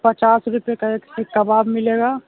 پچاس روپئے کا ایک سیخ کباب ملے گا